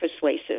persuasive